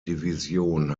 division